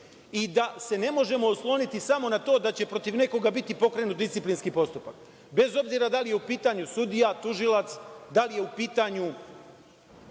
i da se ne možemo osloniti samo na to da će protiv nekoga biti pokrenut disciplinski postupak, bez obzira da li je u pitanju sudija, tužilac, da li je u pitanju